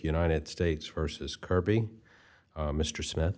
united states versus kirby mr smith